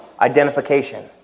identification